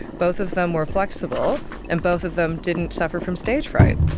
both of them were flexible and both of them didn't suffer from stage fright.